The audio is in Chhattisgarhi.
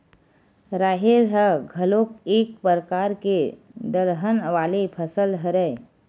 राहेर ह घलोक एक परकार के दलहन वाले फसल हरय